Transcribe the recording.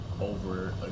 over